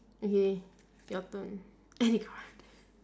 okay your turn any card